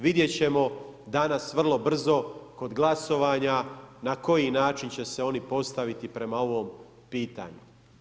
Vidjet ćemo danas vrlo brzo kod glasovanja na koji način će se oni postaviti prema ovom pitanju.